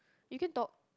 you can talk